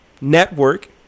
Network